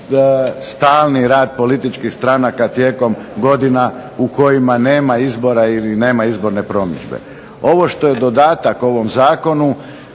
stalni rad političkih stranaka tijekom godina u kojima nema izbora ili nema izborne promidžbe. Ovo što je dodatak ovom zakonu,